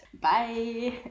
Bye